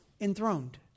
enthroned